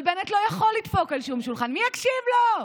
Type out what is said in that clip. אבל בנט לא יכול לדפוק על שום שולחן, מי יקשיב לו?